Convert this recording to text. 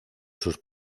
sus